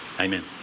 Amen